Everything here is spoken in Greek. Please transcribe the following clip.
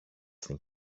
στην